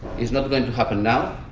it's not going to happen now.